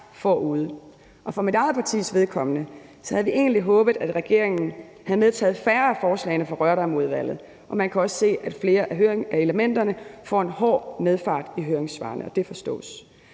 For mit eget partis vedkommende havde vi egentlig håbet, at regeringen havde medtaget færre af forslagene fra Rørdamudvalget, og man kan også se, at flere af elementerne får en hård medfart i høringssvarene, og det forstås.